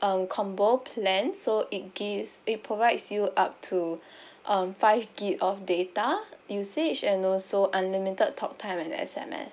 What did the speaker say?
um combo plan so it gives it provides you up to um five gig of data usage and also unlimited talk time and S_M_S